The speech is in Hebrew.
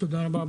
תודה רבה.